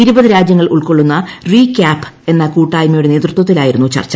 ഇരുപത് രാജ്യങ്ങൾ ഉൾക്കൊളളുന്ന റീ ക്യാപ് എന്ന കൂട്ടായ്മയുടെ നേതൃത്വത്തിലായിരുന്നു ചർച്ച